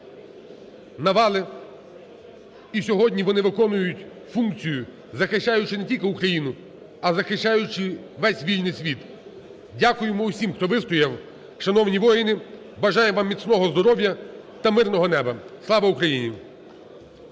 навали. І сьогодні вони виконують функцію, захищаючи не тільки Україну, а захищаючи весь вільний світ. Дякуємо усім, хто вистояв. Шановні воїни, бажаємо вам міцного здоров'я та мирного неба. Слава Україні!